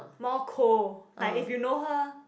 more cold like if you know her